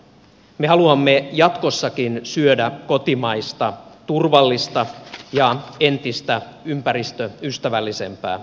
me haluamme jatkossakin syödä kotimaista turvallista ja entistä ympäristöystävällisempää ruokaa